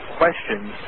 questions